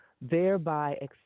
thereby